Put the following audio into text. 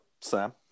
sam